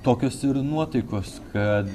tokios ir nuotaikos kad